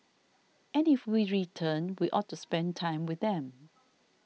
and if we return we ought to spend time with them